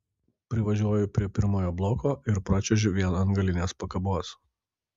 privažiuoju prie pirmojo bloko ir pračiuožiu vien ant galinės pakabos